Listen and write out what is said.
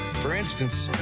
for instance,